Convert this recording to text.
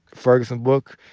ferguson book,